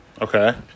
Okay